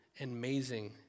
amazing